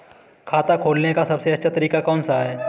खाता खोलने का सबसे अच्छा तरीका कौन सा है?